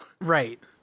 Right